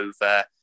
over